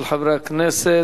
של חברי הכנסת,